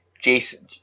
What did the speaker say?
Jason